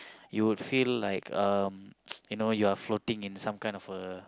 you will feel like um you know you are floating in some kind of a